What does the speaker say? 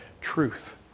truth